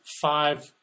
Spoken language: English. five